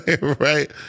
Right